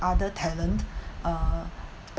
are the talent uh